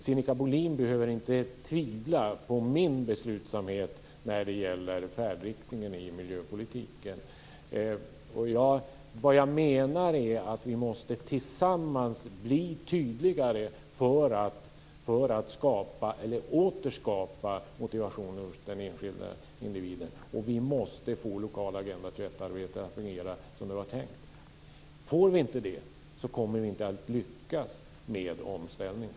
Sinikka Bohlin behöver inte tvivla på min beslutsamhet när det gäller färdriktningen i miljöpolitiken. Vad jag menar är att vi tillsammans måste bli tydligare för att åter skapa motivation hos den enskilde individen, och vi måste få det lokala Agenda 21 arbetet att fungera som det var tänkt. Om vi inte får det kommer vi inte att lyckas med omställningen.